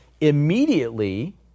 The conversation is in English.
immediately